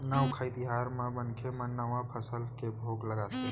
नवाखाई तिहार म मनखे मन नवा फसल के भोग लगाथे